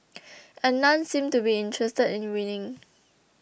and none seemed to be interested in winning